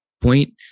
point